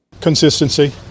Consistency